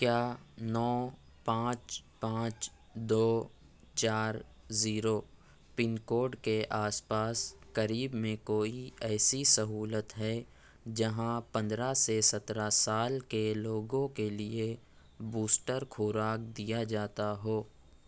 کیا نو پانچ پانچ دو چار زیرو پن کوڈ کے آس پاس قریب میں کوئی ایسی سہولت ہے جہاں پندرہ سے سترہ سال کے لوگوں کے لیے بوسٹر خوراک دیا جاتا ہو